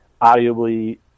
Audibly